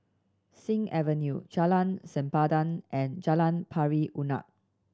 Sing Avenue Jalan Sempadan and Jalan Pari Unak